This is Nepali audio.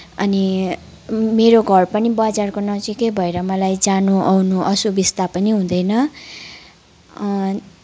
अनि मेरो घर पनि बजारको नजिकै भएर मलाई जानु आउनु असुविस्ता पनि हुँदैन